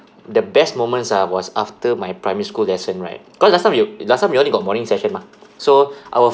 the best moments ah was after my primary school lesson right cause last time we last time we only got morning session mah so I will